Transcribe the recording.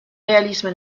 réalisme